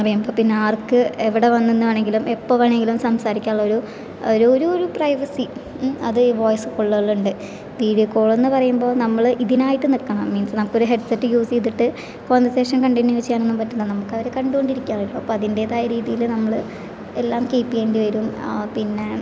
പറയുമ്പോൾ പിന്നെ ആർക്ക് എവിടെ വന്ന് നിന്ന് വേണമെങ്കിലും എപ്പോൾ വേണമെങ്കിലും സംസാരിക്കാനുള്ള ഒരു ഒരു ഒരു ഒരു പ്രൈവസി അത് ഈ വോയിസ് കോളുകളിലുണ്ട് വീഡിയോ കോൾ എന്ന് പറയുമ്പോൾ നമ്മൾ ഇതിനായിട്ട് നിൽക്കണം മീൻസ് നമുക്ക് ഒരു ഹെഡ് സെറ്റ് യൂസ് ചെയ്തിട്ട് കോൺവെസേഷൻ കണ്ടിന്യൂ ചെയ്യാൻ ഒന്നും പറ്റില്ല നമുക്ക് അവരെ കണ്ടുകൊണ്ടിരിക്കാം അപ്പോൾ അതിൻ്റെതായ രീതിയിൽ നമ്മൾ എല്ലാം കീപ്പ് ചെയ്യേണ്ടി വരും പിന്നെ